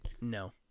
No